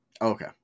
Okay